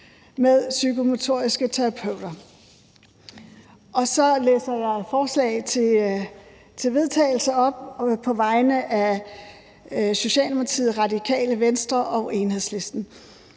med psykomotoriske terapeuter. Så vil jeg læse et forslag til vedtagelse op på vegne af Socialdemokratiet, Radikale Venstre og Enhedslisten: